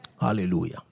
Hallelujah